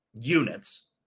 units